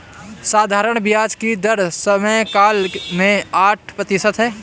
साधारण ब्याज की दर समयकाल में आठ प्रतिशत है